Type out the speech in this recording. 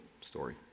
story